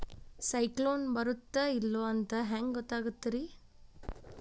ಸೈಕ್ಲೋನ ಬರುತ್ತ ಇಲ್ಲೋ ಅಂತ ಹೆಂಗ್ ಗೊತ್ತಾಗುತ್ತ ರೇ?